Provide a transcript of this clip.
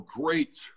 great